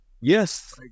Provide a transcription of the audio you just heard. Yes